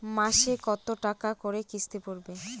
মাসে কত টাকা করে কিস্তি পড়বে?